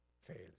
fails